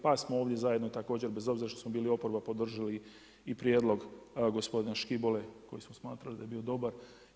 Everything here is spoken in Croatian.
Pa smo ovdje zajedno također bez obzira što smo bili oporba podržali i prijedlog gospodina Škibole koji smo smatrali da je bio dobar.